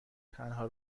تنها